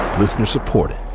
Listener-supported